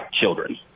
children